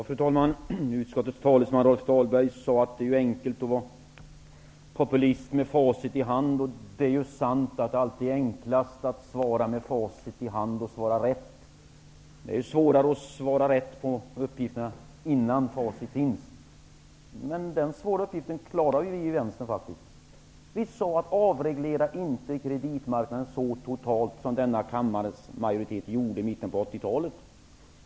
Fru talman! Utskottets talesman Rolf Dahlberg sade att det är enkelt att vara populistisk med facit i hand. Det är ju sant att det alltid är enklast att svara med facit i hand och att svara rätt. Det är ju svårare att svara rätt på uppgifter innan facit finns. Men den svåra uppgiften klarar faktiskt vi i vänstern. Vi sade: Avreglera inte kreditmarknaden så totalt som denna kammares majoritet gjorde i mitten på 80-talet.